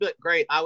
great